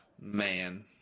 Man